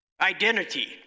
Identity